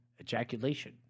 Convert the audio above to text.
ejaculation